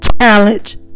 Challenge